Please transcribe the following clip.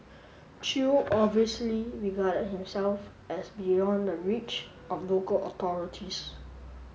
chew obviously regarded himself as beyond the reach of local authorities